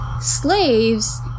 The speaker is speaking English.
slaves